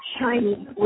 shiny